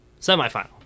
semifinal